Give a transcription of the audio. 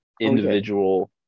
individual